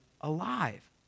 alive